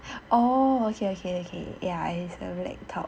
oh okay okay okay ya is a red top